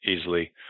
easily